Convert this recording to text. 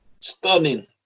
stunning